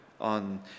on